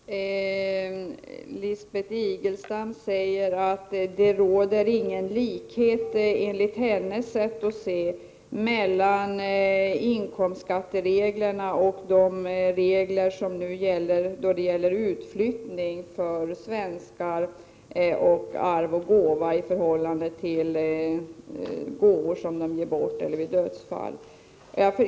Fru talman! Lisbeth Staaf-Igelström sade att det enligt hennes sätt att se inte råder någon likhet mellan inkomstskattereglerna och de regler som gäller för svenskar vid utflyttning i förhållande till de regler som gäller för skatt på arv och gåva.